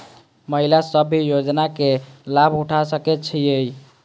महिला सब भी योजना के लाभ उठा सके छिईय?